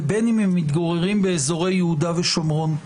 ובין אם הם מתגוררים באזורי יהודה ושומרון.